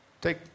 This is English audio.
take